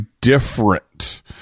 different